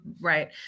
right